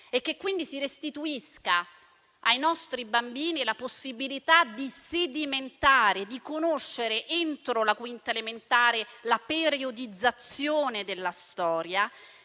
decennio e si restituisca ai nostri bambini la possibilità di sedimentare, di conoscere entro la quinta elementare la periodizzazione della storia;